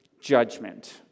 judgment